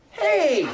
hey